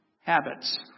Habits